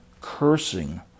cursing